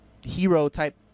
hero-type